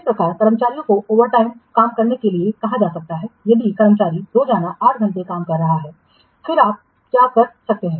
इस प्रकार कर्मचारियों को ओवरटाइम काम करने के लिए कहा जा सकता है यदि कर्मचारी रोजाना 8 घंटे काम कर रहा है फिर आप क्या कर सकते हैं